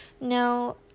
now